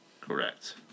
Correct